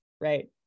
Right